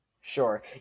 Sure